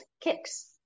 Kicks